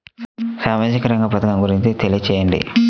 సామాజిక రంగ పథకం గురించి తెలియచేయండి?